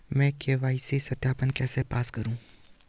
मैं के.वाई.सी सत्यापन कैसे पास करूँ?